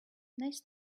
nice